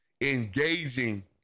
engaging